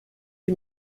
die